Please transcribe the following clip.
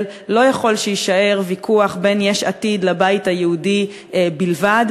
לא יכול שיישאר ויכוח בין יש עתיד לבית היהודי בלבד.